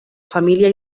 família